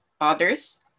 others